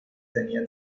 tenían